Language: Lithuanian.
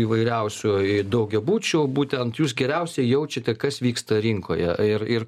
įvairiausių daugiabučių būtent jūs geriausiai jaučiate kas vyksta rinkoje ir ir